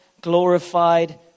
glorified